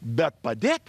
bet padėt